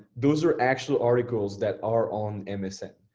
those are actual articles that are on msn.